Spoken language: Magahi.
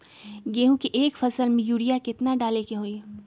गेंहू के एक फसल में यूरिया केतना डाले के होई?